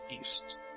east